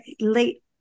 Late